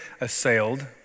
assailed